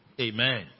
Amen